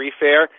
fair